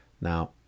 Now